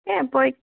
এই